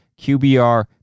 QBR